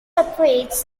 operates